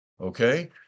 okay